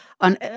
on